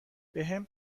بهم